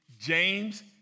James